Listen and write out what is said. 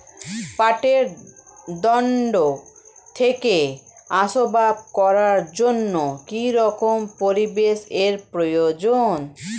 পাটের দণ্ড থেকে আসবাব করার জন্য কি রকম পরিবেশ এর প্রয়োজন?